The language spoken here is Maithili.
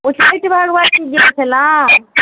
उच्चैठ भगवती गेल छलहुँ